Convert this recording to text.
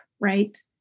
right